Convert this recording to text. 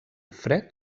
fred